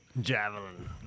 Javelin